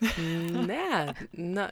ne na